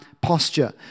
posture